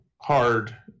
hard